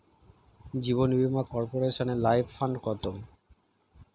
জীবন বীমা কর্পোরেশনের life fund কত?